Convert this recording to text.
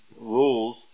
rules